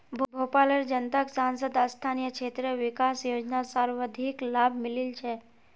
भोपालेर जनताक सांसद स्थानीय क्षेत्र विकास योजनार सर्वाधिक लाभ मिलील छ